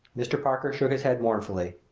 mr. parker shook his head mournfully.